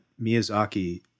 Miyazaki